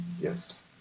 Yes